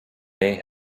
may